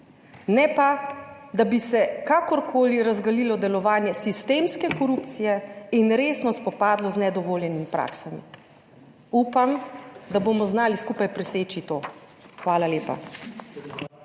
ne pa, da bi se kakorkoli razgalilo delovanje sistemske korupcije in resno spopadlo z nedovoljenimi praksami. Upam, da bomo znali skupaj preseči to. Hvala lepa.